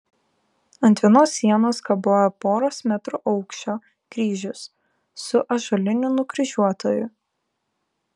ant vienos sienos kabojo poros metrų aukščio kryžius su ąžuoliniu nukryžiuotuoju